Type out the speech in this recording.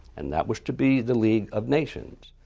and that was to be the league of nations.